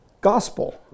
gospel